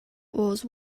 was